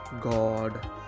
God